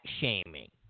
shaming